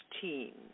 team